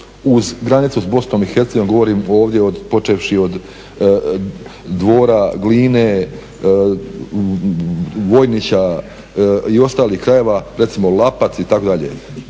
uz granicu s Bosnom i Hercegovinom. Govorim ovdje počevši od dvora Gline, Vojnića i ostalih krajeva recimo Lapac itd.